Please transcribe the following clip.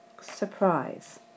surprise